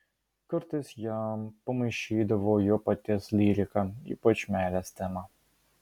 kartais jam pamaišydavo jo paties lyrika ypač meilės tema